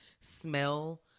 smell